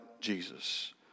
Jesus